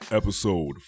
episode